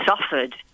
suffered